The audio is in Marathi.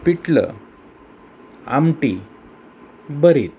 पिठलं आमटी भरीत